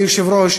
אדוני היושב-ראש,